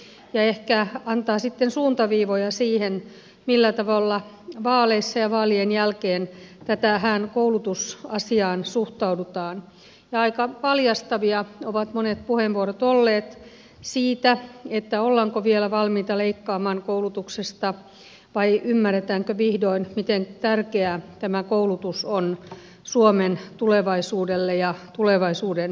se ehkä antaa sitten suuntaviivoja siihen millä tavalla vaaleissa ja vaalien jälkeen tähän koulutusasiaan suhtaudutaan ja aika paljastavia ovat monet puheenvuorot olleet siinä ollaanko vielä valmiita leikkaamaan koulutuksesta vai ymmärretäänkö vihdoin miten tärkeää tämä koulutus on suomen tulevaisuudelle ja tulevaisuuden peruskoululle